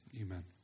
Amen